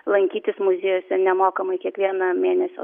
lankytis muziejuose nemokamai kiekvieną mėnesio